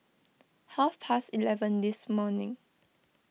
half past eleven this morning